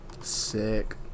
Sick